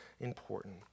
important